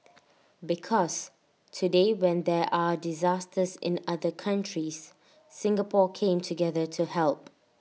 because today when there are disasters in other countries Singapore came together to help